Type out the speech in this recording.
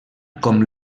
com